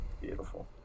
Beautiful